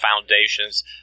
foundations